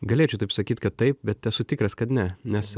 galėčiau taip sakyt kad taip bet esu tikras kad ne nes